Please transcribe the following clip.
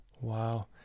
Wow